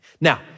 Now